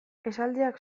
esaldiak